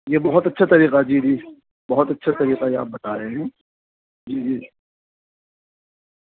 یہ بہت اچھا طریقہ جی جی بہت اچھا طریقہ یہ آپ بتا رہے ہیں جی جی